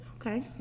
Okay